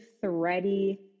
thready